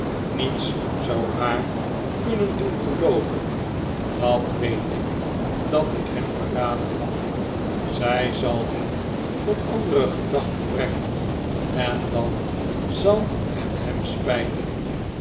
niets zou haar kunnen doen gelooven dat weet ik dat ik hem verraden had zij zal hem tot andere gedachten brengen en dan zal het hem spijten